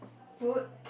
food